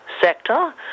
sector